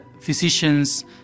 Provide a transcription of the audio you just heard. physicians